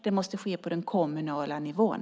Det måste ske på den kommunala nivån.